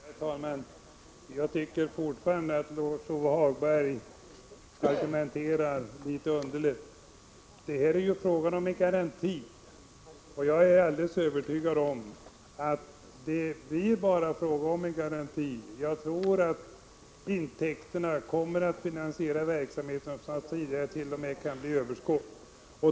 Herr talman! Jag tycker fortfarande att Lars-Ove Hagberg argumenterar litet underligt. Här är det ju fråga om en garanti, och jag är alldeles övertygad om att det blir bara fråga om en garanti. Jag tror att intäkterna kommer att finansiera verksamheten och t.o.m. ge ett överskott.